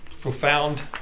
profound